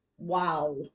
Wow